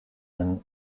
ein